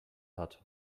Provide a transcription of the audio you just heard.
hat